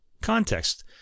context